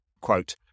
quote